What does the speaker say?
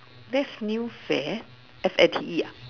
that's new fate F A T E ah